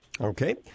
Okay